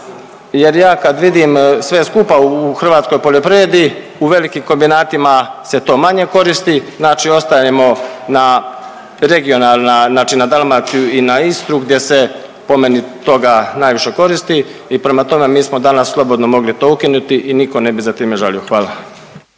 jer ja, ja kad sve skupa u hrvatskoj poljoprivredi, u velikim kombinatima se to manje koristi, znači ostajemo na regionalna, znači na Dalmaciju i na Istru gdje se po meni toga najviše koristi i prema tome, mi smo danas slobodno mogli to ukinuti i nitko ne bi za time žalio. Hvala.